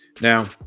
now